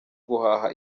guhaha